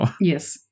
Yes